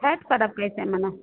छठ पर्व कैसे मना